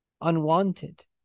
unwanted